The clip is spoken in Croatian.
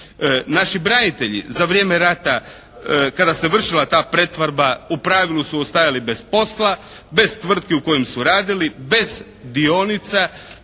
Naši branitelji za vrijeme rata kada se vršila ta pretvorba u pravilu su ostajali bez posla, bez tvrtki u kojima su radili, bez dionica,